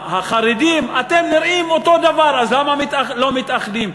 החרדים, אתם נראים אותו דבר, אז למה לא מתאחדים?